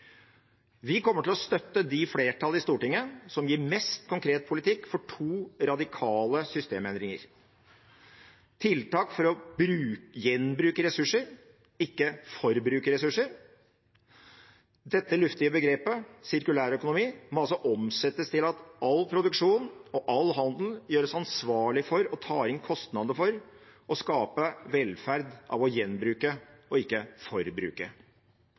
Vi kommer til å støtte de flertall i Stortinget som gir mest konkret politikk for to radikale systemendringer: Tiltak for å gjenbruke ressurser, ikke forbruke ressurser – det luftige begrepet «sirkulær økonomi» må altså omsettes til at all produksjon og all handel gjøres ansvarlig for å ta inn kostnader for å skape velferd av å gjenbruke og ikke forbruke.